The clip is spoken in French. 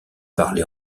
parlée